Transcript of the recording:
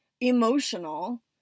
emotional